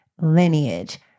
lineage